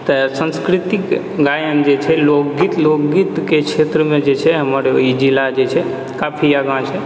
तऽ संस्कृतिक गायन जे छै लोकगीत लोकगीतके क्षेत्रमे जे छै हमर ई जिला जे छै काफी आगाँ छै